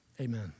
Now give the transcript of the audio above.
amen